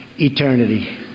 eternity